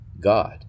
God